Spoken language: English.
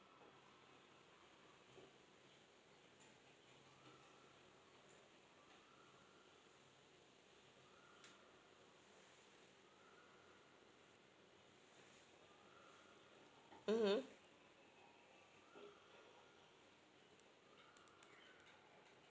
mmhmm